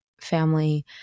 family